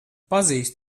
pazīstu